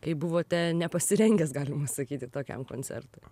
kai buvote nepasirengęs galima sakyti tokiam koncertui